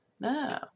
No